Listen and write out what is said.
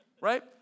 Right